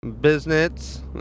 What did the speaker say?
business